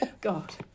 God